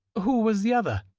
who was the other?